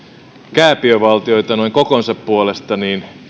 kääpiövaltioita noin kokonsa puolesta